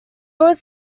was